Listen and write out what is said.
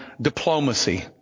diplomacy